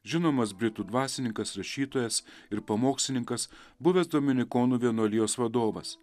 žinomas britų dvasininkas rašytojas ir pamokslininkas buvęs dominikonų vienuolijos vadovas